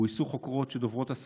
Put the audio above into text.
גויסו חוקרות שדוברות את השפה,